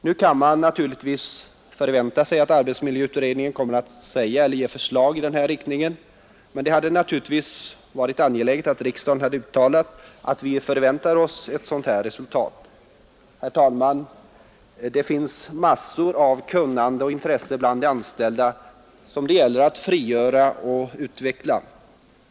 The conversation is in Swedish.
Nu kan man väl förvänta sig att arbetsmiljöutredningen kommer att ge förslag i den riktningen, men det hade ändå varit angeläget att riksdagen hade uttalat att vi förväntar oss ett sådant resultat. Herr talman! Det finns massor av kunnande och intresse bland de anställda som det gäller att frigöra och utveckla.